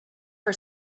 for